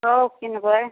सब किनबै